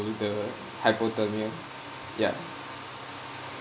the hypothermia ya